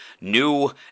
new